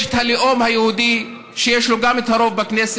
יש את הלאום היהודי, שיש לו גם את הרוב בכנסת,